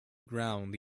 ground